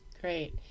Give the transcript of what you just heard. Great